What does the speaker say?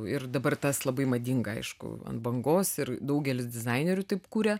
ir dabar tas labai madinga aišku ant bangos ir daugelis dizainerių taip kuria